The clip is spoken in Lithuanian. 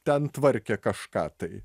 ten tvarkė kažką tai